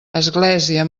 església